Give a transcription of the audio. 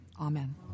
Amen